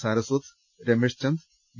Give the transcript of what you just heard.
സാര സ്വത് രമേശ് ചന്ദ് വി